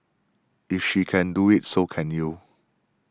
if she can do it so can you